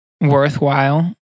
worthwhile